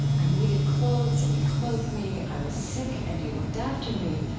i needed clothes and you clothed me. i was sick and you looked after me.